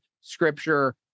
scripture